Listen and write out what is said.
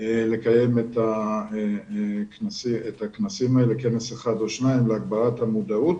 ולקיים כנס אחד או שניים להגברת המודעות.